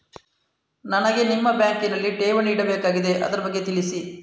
ನನಗೆ ನಿಮ್ಮ ಬ್ಯಾಂಕಿನಲ್ಲಿ ಠೇವಣಿ ಇಡಬೇಕಾಗಿದೆ, ಅದರ ಬಗ್ಗೆ ತಿಳಿಸಿ